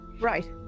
Right